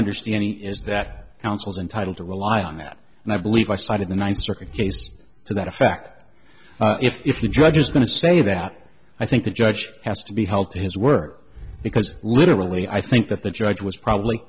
understanding is that counsel's entitled to rely on that and i believe i cited the ninth circuit case to that effect if the judge is going to say that i think the judge has to be held to his work because literally i think that the judge was probably